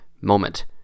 moment